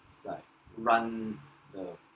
like run the